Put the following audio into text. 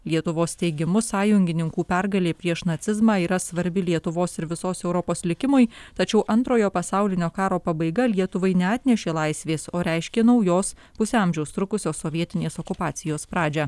lietuvos teigimu sąjungininkų pergalė prieš nacizmą yra svarbi lietuvos ir visos europos likimui tačiau antrojo pasaulinio karo pabaiga lietuvai neatnešė laisvės o reiškė naujos pusę amžiaus trukusios sovietinės okupacijos pradžią